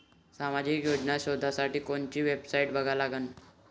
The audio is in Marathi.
सामाजिक योजना शोधासाठी कोंती वेबसाईट बघा लागन?